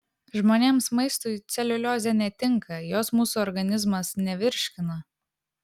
žmonėms maistui celiuliozė netinka jos mūsų organizmas nevirškina